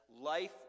life